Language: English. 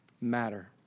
matter